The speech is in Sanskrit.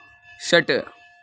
षट्